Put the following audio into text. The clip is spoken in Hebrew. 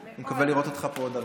ואני מקווה לראות אותך פה עוד הרבה.